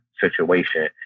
situation